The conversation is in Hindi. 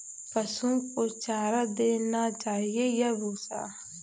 पशुओं को चारा देना चाहिए या भूसा?